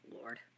lord